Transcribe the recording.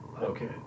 Okay